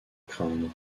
craindre